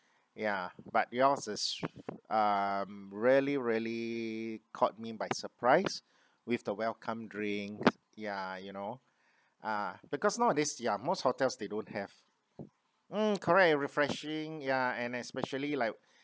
ya but yours is um really really caught me by surprise with the welcome drinks ya you know ah because nowadays ya most hotels they don't have mm correct it refreshing yeah and especially like